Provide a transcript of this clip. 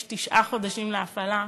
יש תשעה חודשים להפעלה,